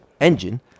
engine